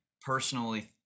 personally